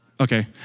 Okay